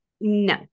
No